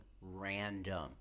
random